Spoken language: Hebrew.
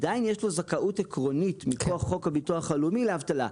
עדיין יש לו זכאות עקרונית מכוח הביטוח הלאומי לאבטלה.